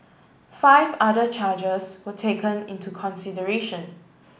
five other charges were taken into consideration